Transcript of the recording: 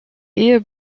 ehe